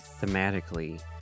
thematically